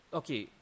okay